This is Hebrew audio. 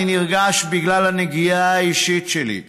אני נרגש בגלל הנגיעה האישית שלי.